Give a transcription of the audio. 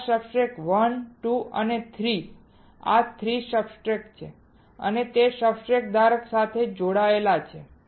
આ સબસ્ટ્રેટ 1 2 અને 3 આ 3 સબસ્ટ્રેટ છે અને તે સબસ્ટ્રેટ ધારક સાથે જોડાયેલા છે